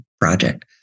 project